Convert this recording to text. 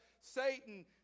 Satan